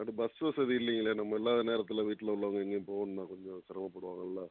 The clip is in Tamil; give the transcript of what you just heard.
பட் பஸ் வசதி இல்லைங்களே நம்ம இல்லாத நேரத்தில் வீட்டில உள்ளவங்கள் எங்கேயும் போகணுனா கொஞ்சம் சிரமப்படுவாங்க இல்லை